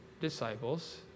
disciples